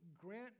Grant